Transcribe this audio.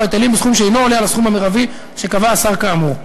ההיטלים בסכום שאינו עולה על הסכום המרבי שקבע השר כאמור.